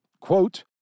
quote